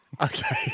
Okay